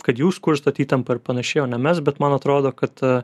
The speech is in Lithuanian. kad jūs kurstot įtampą ir panašiai o ne mes bet man atrodo kad